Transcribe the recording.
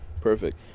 perfect